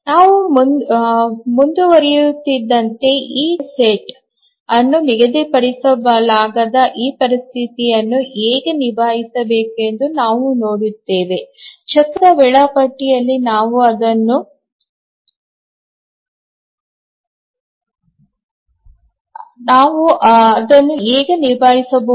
ನಾವು ಮುಂದುವರಿಯುತ್ತಿದ್ದಂತೆ ಈ ಕಾರ್ಯ ಸೆಟ್ ಅನ್ನು ನಿಗದಿಪಡಿಸಲಾಗದ ಈ ಪರಿಸ್ಥಿತಿಯನ್ನು ಹೇಗೆ ನಿಭಾಯಿಸಬೇಕು ಎಂದು ನಾವು ನೋಡುತ್ತೇವೆ ಚಕ್ರದ ವೇಳಾಪಟ್ಟಿಯಲ್ಲಿ ನಾವು ಅದನ್ನು ಹೇಗೆ ನಿಗದಿಪಡಿಸಬಹುದು